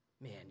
Man